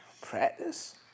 Practice